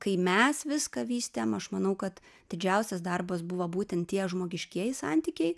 kai mes viską vystėm aš manau kad didžiausias darbas buvo būtent tie žmogiškieji santykiai